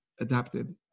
adapted